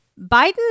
Biden